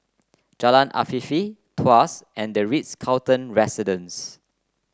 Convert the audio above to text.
Jalan Afifi Tuas and the Ritz Carlton Residences